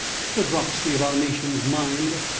the dropsy of our nation's mind.